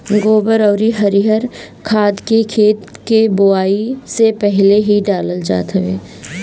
गोबर अउरी हरिहर खाद के खेत के बोआई से पहिले ही डालल जात हवे